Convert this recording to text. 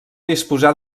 disposar